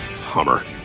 Hummer